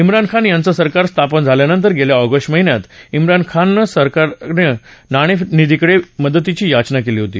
म्रान खान यांचं सरकार स्थापन झाल्यानंतर गेल्या ऑगस्ट महिन्यात मिरान खान सरकारनं नाणे निधीकडे मदतीची याचना केली होती